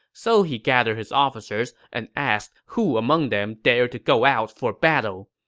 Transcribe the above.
so he gathered his officers and asked who among them dared to go out for battle.